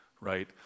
right